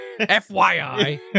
FYI